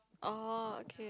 oh okay